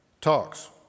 talks